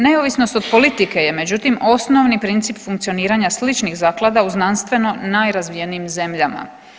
Neovisnost od politike je međutim osnovni princip funkcioniranja sličnih zaklada u znanstveno najrazvijenijim zemljama.